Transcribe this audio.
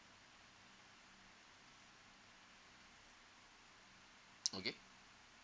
okay